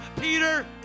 Peter